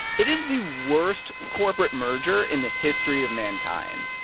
it is the worst corporate merger in the history of mankind.